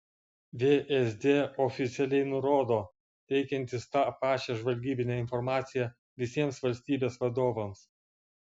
vsd oficialiai nurodo teikiantis tą pačią žvalgybinę informaciją visiems valstybės vadovams